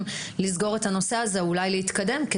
לסגור את הנושא הזה ואולי להתקדם.